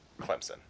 Clemson